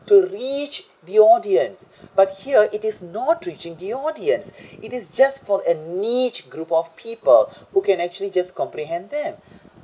to reach the audience but here it is not reaching the audience it is just for a niche group of people who can actually just comprehend them